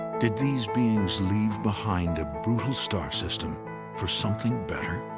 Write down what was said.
did these beings leave behind a brutal star system for something better?